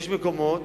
יש מקומות